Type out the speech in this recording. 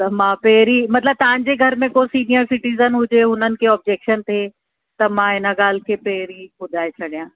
त मां पहिरियों मतिलबु तव्हांजे घर में को सीनियर सिटीज़न हुजे हुननि खे ऑब्जेक्शन थिए त मां इन ॻाल्हि खे पहिरियों ॿुधाए छॾियां